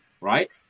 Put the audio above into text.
right